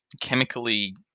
chemically